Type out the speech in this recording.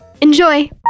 enjoy